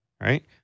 right